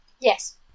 Yes